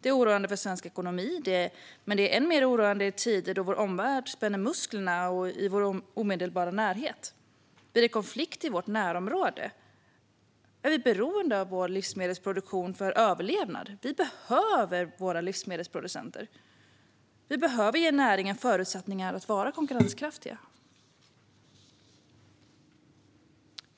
Det är oroande för svensk ekonomi, men det är än mer oroande i tider då vår omvärld spänner musklerna i vår omedelbara närhet. Vid en konflikt i vårt närområde är vi beroende av vår livsmedelsproduktion för överlevnad. Vi behöver våra livsmedelsproducenter. Vi behöver ge näringen förutsättningar att vara konkurrenskraftig.